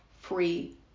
free